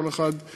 כל אחד על